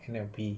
N_L_P